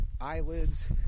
eyelids